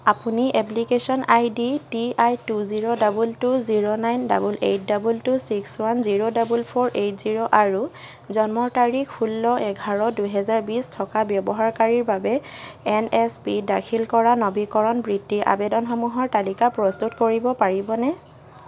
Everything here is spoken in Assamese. আপুনি এপ্লিকেশ্য়ন আইডি টি I two zero double two zero nine double eight double two six one zero double four eight zero আৰু জন্মৰ তাৰিখ ষোল্ল এঘাৰ দুহেজাৰ বিছ থকা ব্যৱহাৰকাৰীৰ বাবে এন এছ পি ত দাখিল কৰা নৱীকৰণ বৃত্তি আবেদনসমূহৰ তালিকা প্ৰস্তুত কৰিব পাৰিবনে